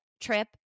trip